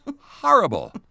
horrible